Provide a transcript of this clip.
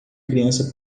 criança